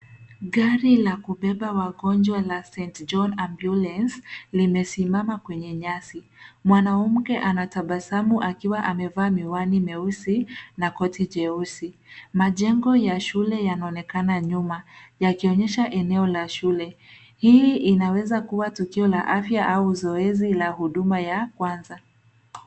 Gari la kubeba wagonjwa la St john ambulance limesimama kwenye nyasi, mwanamke anatabasamu aki amevaa miwani meusi na korti jeusi. Majengo ya shule yanaonekana nyuma yakionyesha eneo la shule, hii inaweza kuwa tukio la afya au zoezi la huduma ya kwanza.